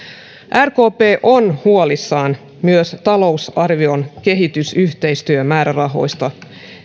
rkp on huolissaan myös talousarvion kehitysyhteistyömäärärahoista